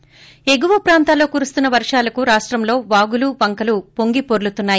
ి ఎగువ ప్రాంతంలో కురుస్తున్న వర్షాలకు రాష్టంలో వాగులు వంకలు పొంగి పోర్లు తున్నాయి